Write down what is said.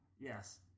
Yes